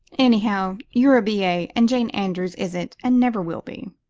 anyhow, you're a b a. and jane andrews isn't and never will be,